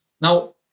Now